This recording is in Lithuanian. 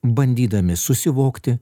bandydami susivokti